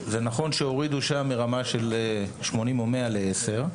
זה נכון שהורידו שם מרמה של שמונים או מאה לעשר.